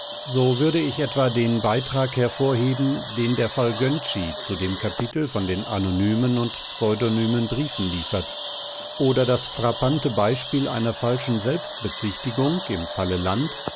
so würde ich etwa den beitrag hervorheben den der fall gönczi zu dem kapitel von den anonymen und pseudonymen briefen liefert oder das frappante beispiel einer falschen selbstbezichtigung im falle land